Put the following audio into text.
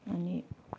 अनि